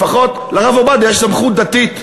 לפחות לרב עובדיה יש סמכות דתית,